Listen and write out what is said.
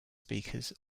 speakers